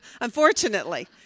Unfortunately